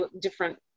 different